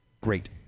great